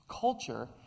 culture